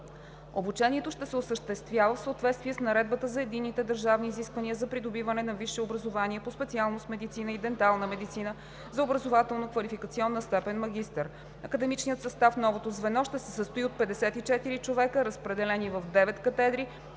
Обучението ще се осъществява в съответствие с Наредбата за единните държавни изисквания за придобиване на висше образование по специалностите „Медицина“ и „Дентална медицина“ за образователно-квалификационна степен „магистър“. Академичният състав в новото звено ще се състои от 54 човека, разпределени в девет катедри,